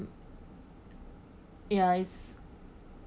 yeas